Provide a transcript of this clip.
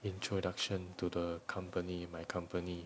introduction to the company my company